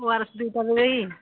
ଓ R S ଦୁଇଟା ଦେଇ